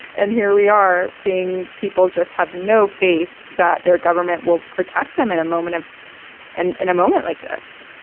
and here we are seeing people just have no faith that their government will protect them in a moment ah and in a moment like this,